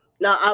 Now